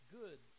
good